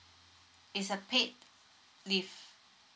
it's a paid leave